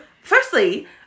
Firstly